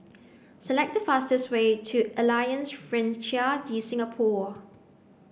select the fastest way to Alliance Francaise de Singapour